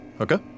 Okay